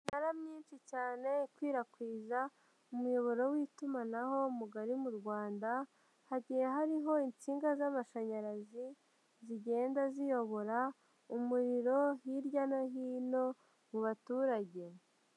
Iminara myinshi cyane ikwirakwiza umuyoboro w'itumanaho mugari mu Rwanda, hagiye hariho insinga z'amashanyarazi zigenda ziyobora umuriro hirya no hino mu baturage.